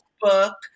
book